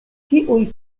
tiuj